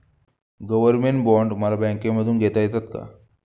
Government bond मला बँकेमधून घेता येतात का?